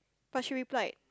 but she replied